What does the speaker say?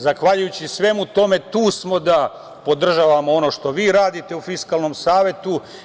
Zahvaljujući svemu tome tu smo da podržavamo ono što vi radite u Fiskalnom savetu.